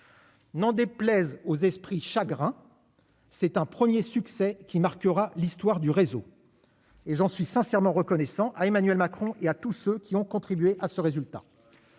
N'en déplaise aux esprits chagrins, c'est un 1er succès qui marquera l'histoire du réseau et j'en suis sincèrement reconnaissant à Emmanuel Macron et à tous ceux qui ont contribué à ce résultat,